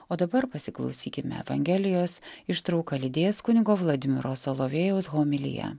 o dabar pasiklausykime evangelijos ištrauką lydės kunigo vladimiro solovėjaus homilija